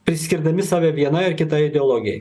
priskirdami save vienai ar kitai ideologijai